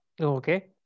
Okay